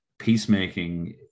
Peacemaking